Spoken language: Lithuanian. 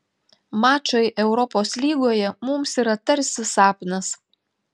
mačai europos lygoje mums yra tarsi sapnas